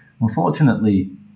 unfortunately